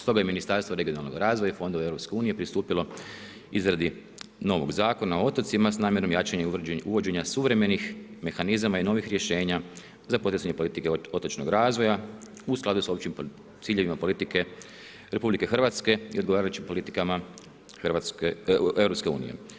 Stoga i Ministarstvo regionalnog razvoja i fondova EU pristupilo izradi novog Zakona o otocima s namjerom jačanje i uvođenja suvremenih mehanizama i novih rješenja za … otočnog razvoja u skladu sa općim ciljevima politike RH i odgovarajućim politikama EU.